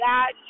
God